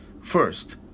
First